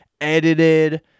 Edited